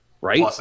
right